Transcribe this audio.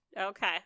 Okay